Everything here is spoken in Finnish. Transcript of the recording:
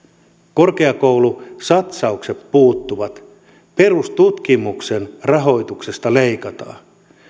korkeakoulusatsaukset puuttuvat perustutkimuksen rahoituksesta leikataan